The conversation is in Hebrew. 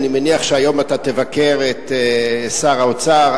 אני מניח שאתה תבקר היום את שר האוצר,